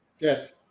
yes